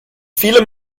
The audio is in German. viele